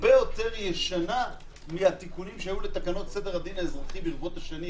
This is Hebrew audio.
הרבה יותר ישנה מהתיקונים שהיו בתקנות סדר הדין האזרחי ברבות השנים?